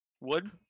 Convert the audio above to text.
Wood